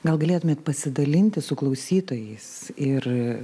gal galėtumėt pasidalinti su klausytojais ir